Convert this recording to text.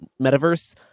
metaverse